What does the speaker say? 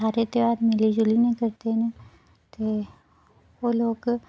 ते सारे ध्यार मिली जुलियै करदे न ते ओह् लोक